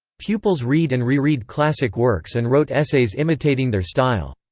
pupils read and reread classic works and wrote essays imitating their style.